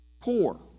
poor